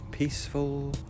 peaceful